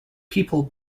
people